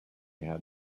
had